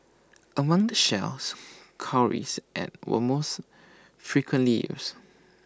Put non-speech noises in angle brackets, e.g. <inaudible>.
among the shells <noise> cowries and were most frequently used